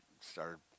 started